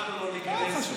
אנחנו לא ניכנס.